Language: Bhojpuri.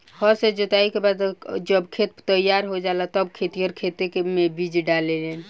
हर से जोताई के बाद जब खेत तईयार हो जाला तब खेतिहर खेते मे बीज डाले लेन